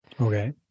Okay